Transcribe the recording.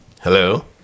Hello